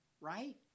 right